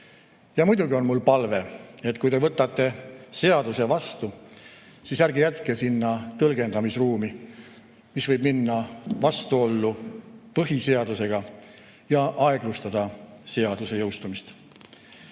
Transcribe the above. Muidugi on mul palve, et kui te võtate seaduse vastu, siis ärge jätke sinna tõlgendamisruumi, mis võib minna vastuollu põhiseadusega ja aeglustada seaduse jõustumist. Samas